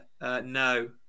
no